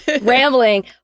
rambling